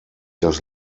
das